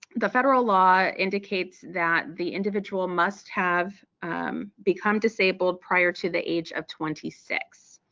the federal law indicates that the. individual must have become disabled prior to the age of twenty six.